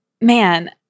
man